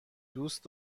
دوست